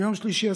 ביום שלישי,